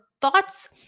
thoughts